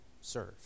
serve